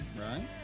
right